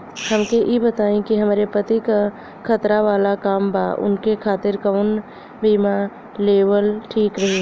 हमके ई बताईं कि हमरे पति क खतरा वाला काम बा ऊनके खातिर कवन बीमा लेवल ठीक रही?